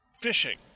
fishing